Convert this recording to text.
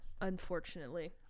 unfortunately